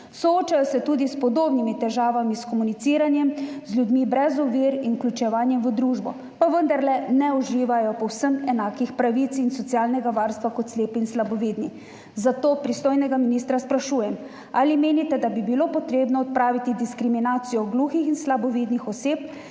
soočajo se tudi s podobnimi težavami s komuniciranjem, z ljudmi brez ovir in vključevanjem v družbo, pa vendarle ne uživajo povsem enakih pravic in socialnega varstva kot slepi in slabovidni. Zato pristojnega ministra sprašujem: Ali menite, da bi bilo treba odpraviti diskriminacijo gluhih in slabovidnih oseb,